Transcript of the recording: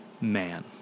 man